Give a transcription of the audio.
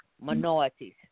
minorities